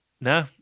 No